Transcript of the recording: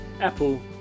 Apple